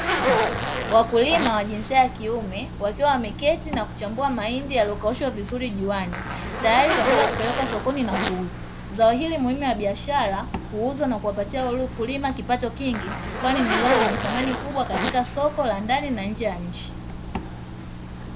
Wakulima wa jinsia ya kiume, wakiwa wameketi na kuchambua mahindi yaliyokaushwa vizuri juani, tayari kwa ajili ya kupelekwa sokoni na kuuzwa. Zao hili muhimu la biashara, huuzwa na kuwapatia wakulima kipato kingi, kwani ni zao lenye thamani kubwa katika soko la ndani na nje ya nchi.